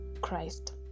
Christ